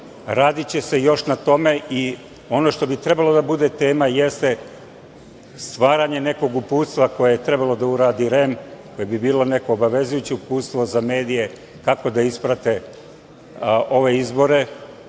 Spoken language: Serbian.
Radiće se još na tome i ono što bi trebalo da bude tema jeste stvaranje nekog uputstva koje je trebalo da uradi REM, koje bi bilo neko obavezujuće uputstvo za medije kako da isprate ove izbore.